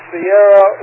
Sierra